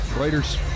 Raiders